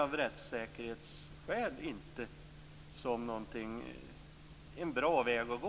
Av rättssäkerhetsskäl känns det, tycker jag, inte som en bra väg att gå.